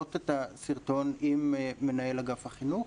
להעלות את הסרטון עם מנהל אגף החינוך?